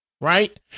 right